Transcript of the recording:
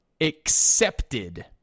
accepted